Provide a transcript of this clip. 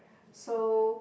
so